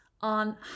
on